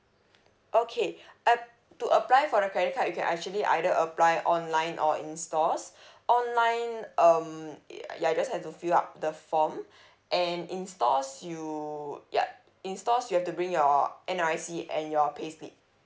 okay uh to apply for the credit card you can actually either apply online or in stores online um it ya you just have to fill up the form and in stores you yup in stores you have to bring your N_R_I_C and your payslip